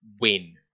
win